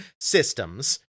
systems